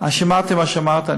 מה שאמרת.